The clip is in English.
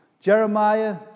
Jeremiah